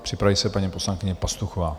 Připraví se paní poslankyně Pastuchová.